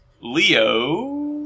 Leo